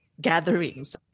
gatherings